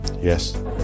Yes